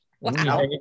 wow